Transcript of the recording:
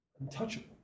untouchable